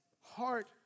heart